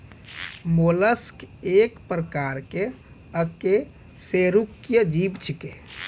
mollusc एक प्रकार के अकेशेरुकीय जीव छेकै